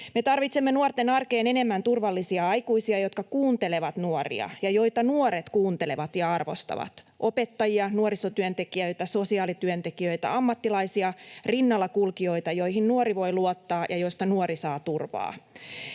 tarvitsemme nuorten arkeen enemmän turvallisia aikuisia, jotka kuuntelevat nuoria ja joita nuoret kuuntelevat ja arvostavat: opettajia, nuorisotyöntekijöitä, sosiaalityöntekijöitä, ammattilaisia rinnallakulkijoita, joihin nuori voi luottaa ja joista nuori saa turvaa.